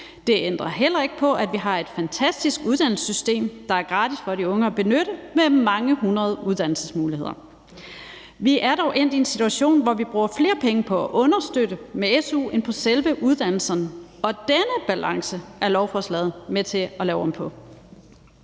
Det ændrer heller ikke på, at vi har et fantastisk uddannelsessystem, der er gratis for de unge at benytte, med mange hundrede uddannelsesmuligheder. Vi er dog endt i en situation, hvor vi bruger flere penge på at understøtte med su end på selve uddannelserne, og denne balance er lovforslaget med til at lave om på.